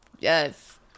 Yes